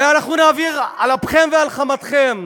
ואנחנו נעביר על אפכם ועל חמתכם.